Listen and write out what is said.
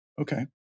Okay